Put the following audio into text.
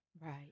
Right